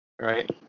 Right